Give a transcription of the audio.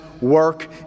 work